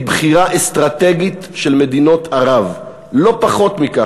בחירה אסטרטגית של מדינות ערב"; לא פחות מכך,